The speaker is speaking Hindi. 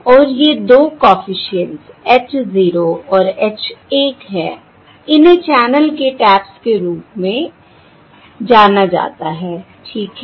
और ये दो कॉफिशिएंट्स h और h हैं इन्हें चैनल के टैप्स के रूप में जाना जाता है ठीक है